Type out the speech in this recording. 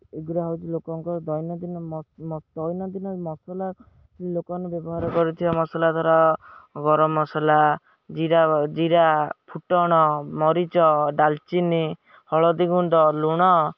ଏଗୁଡ଼ା ହେଉଛି ଲୋକଙ୍କର ଦୈନନ୍ଦିନ ଦୈନନ୍ଦିନ ମସଲା ଲୋକମାନେ ବ୍ୟବହାର କରିଥିବା ମସଲା ଧାରା ଗରମ ମସଲା ଜରା ଜିରା ଫୁଟଣ ମରିଚ ଡାଲଚିନି ହଳଦୀ ଗୁଣ୍ଡ ଲୁଣ